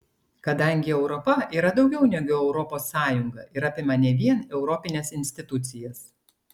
kadangi europa yra daugiau negu europos sąjunga ir apima ne vien europines institucijas